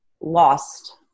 lost